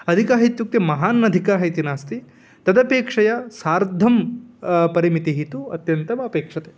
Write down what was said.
अधिकः इत्युक्ते महान् अधिकः इति नास्ति तदपेक्षया सार्धं परिमितिः तु अत्यन्तमपेक्ष्यते